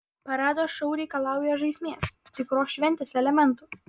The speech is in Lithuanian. paradas šou reikalauja žaismės tikros šventės elementų